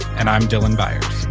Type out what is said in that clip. and i'm dylan byers.